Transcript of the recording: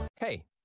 Hey